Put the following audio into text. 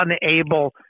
unable